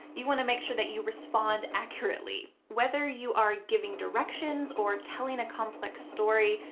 you want to make sure that you respond accurately. whether you are giving directions or telling a complex story,